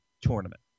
tournament